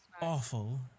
awful